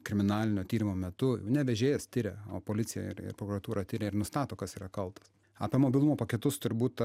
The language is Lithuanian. kriminalinio tyrimo metu ne vežėjas tiria policija ir ir prokuratūra tiria ir nustato kas yra kaltas apie mobilumo paketus turbūt